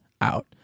out